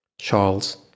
Charles